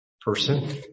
person